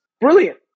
Brilliant